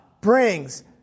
brings